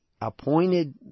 appointed